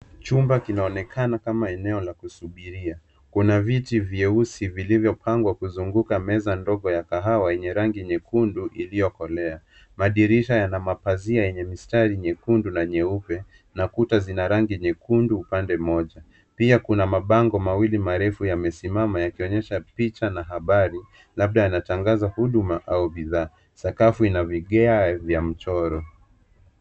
Chumba kinaonekana kama eneo la kusubiria. Kuna viti vyeusi vilivyopangwa kuzunguka meza ndogo ya kahawa yenye rangi nyekundu iliyokolea. Madirisha yana mapazia yenye mistari nyekundu na nyeupe. Na kuta zina rangi nyekunde upande moja. Pia kuna mabango mawili marefu yamesimama yakionyesha picha na habari, labda yanatangaza huduma au bidhaa. Sakafu ina vigae vya mchoro.